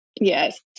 Yes